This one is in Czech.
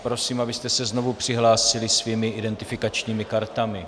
Prosím, abyste se znovu přihlásili svými identifikačními kartami.